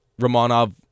Romanov